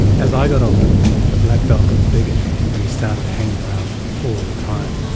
as i got older the black dog got bigger and he started hanging around all the time.